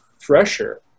fresher